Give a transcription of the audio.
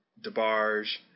DeBarge